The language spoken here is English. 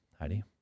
Heidi